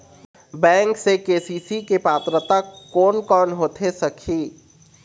Bank से KCC के पात्रता कोन कौन होथे सकही?